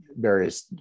Various